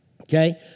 okay